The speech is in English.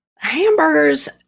Hamburgers